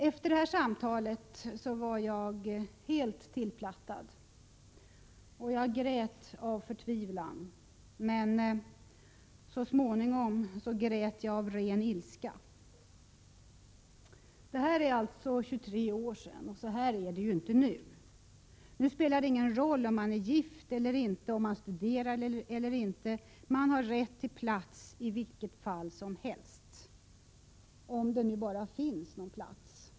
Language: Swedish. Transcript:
Efter samtalet var jag helt tillplattad och bara grät av förtvivlan — och så småningom av ren ilska. Det här var alltså för 23 år sedan. Så är det ju inte nu. Nu spelar det ingen roll om man är gift eller inte, om man studerar eller inte. Man har i varje fall rätt till en plats — om det nu finns någon plats.